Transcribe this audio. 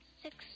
Six